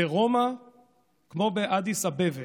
ברומא כמו באדיס אבבה,